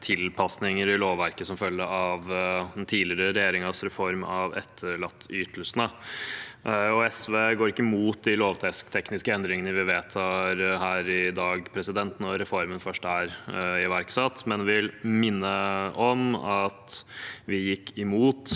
tilpasninger i lovverket som følge av den tidligere regjeringens reform av etterlatteytelsene. SV går ikke imot de lovtekniske endringene vi vedtar her i dag, når reformen først er iverksatt, men vi vil minne om at vi gikk imot